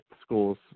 schools